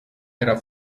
era